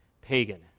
pagan